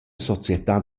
società